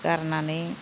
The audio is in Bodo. गारनानै